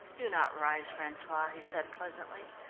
do not rise, francois, he said pleasantly.